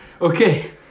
Okay